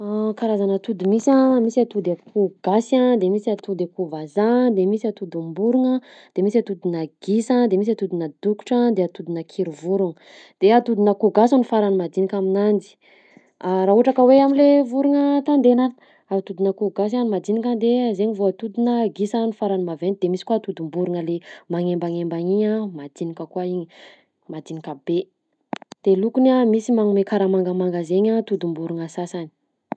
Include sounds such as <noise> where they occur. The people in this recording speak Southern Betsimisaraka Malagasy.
<hesitation> Karazana atody misy a: <noise> misy atody akoho gasy a, de misy atody akoho vazaha, de misy atodim-borogna, de misy atodinà gisa, de misy atodinà dokotra, de atodinà kirivorogna; de atodin'akoho gasy no farany madinika aminanjy <hesitation> raha ohatra ka hoe am'le vorogna tandenana, atodin'akoho gasy a no madinika de zaigny vao atodinà gisa no farany maventy, de misy koa atodim-borogna le magnembagnembana igny a madinika koa igny, madinika be; <noise> de lokony a misy magnome karaha mangamanga zaigny a atodim-borogna sasany.